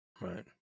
Right